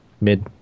mid